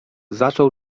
zaczął